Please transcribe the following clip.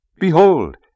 behold